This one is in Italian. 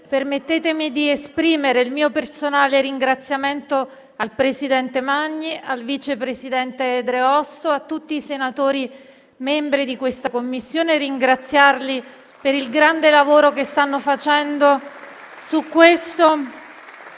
permettetemi di esprimere il mio personale ringraziamento al presidente Magni, al vice presidente Dreosto e a tutti i senatori membri della Commissione. Desidero ringraziarli per il grande lavoro che stanno facendo su un